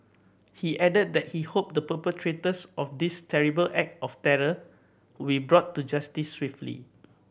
he added that he hoped the perpetrators of this terrible act of terror will brought to justice swiftly